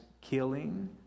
killing